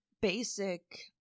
basic